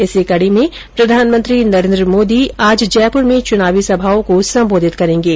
इसी कडी में प्रधानमंत्री नरेंद्र मोदी आज जयपुर में चुनावी सभा को संबोधित करेंगे